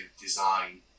design